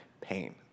pain